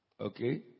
Okay